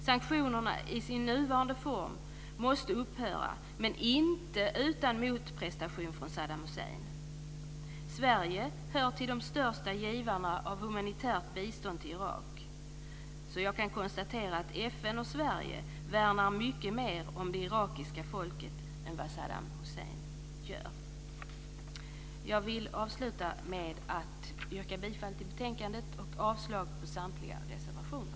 Sanktionerna i sin nuvarande form måste upphöra - men inte utan motprestation från Saddam Hussein. Sverige hör till de största givarna av humanitärt bistånd till Irak. Jag kan alltså konstatera att FN och Sverige värnar mycket mer om det irakiska folket än vad Saddam Hussein gör. Jag vill avsluta med att yrka bifall till hemställan i betänkandet och avslag på samtliga reservationer.